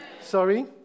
Sorry